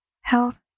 Health